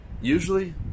usually